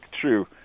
true